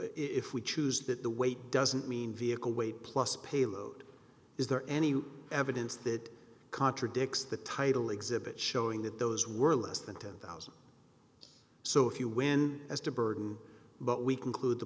if we choose that the weight doesn't mean vehicle weight plus payload is there any evidence that contradicts the title exhibit showing that those were less than ten thousand so if you win as to burden but we conclude the